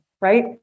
right